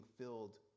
filled